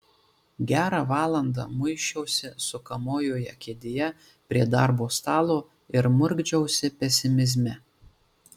gerą valandą muisčiausi sukamojoje kėdėje prie darbo stalo ir murkdžiausi pesimizme